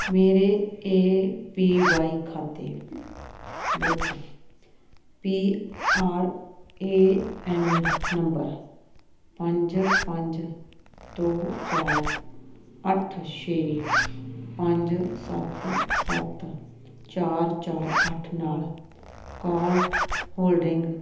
ਮੇਰੇ A P Y ਖਾਤੇ ਵਿੱਚ P R A N number ਪੰਜ ਪੰਜ ਦੋ ਚਾਰ ਅੱਠ ਛੇ ਪੰਜ ਸੱਤ ਸੱਤ ਚਾਰ ਚਾਰ ਅੱਠ ਨਾਲ ਕੋਲ ਹੋਲਡਿੰਗ